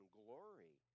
glory